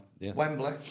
Wembley